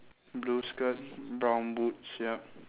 blue skirt brown boots yup